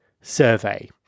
survey